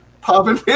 popping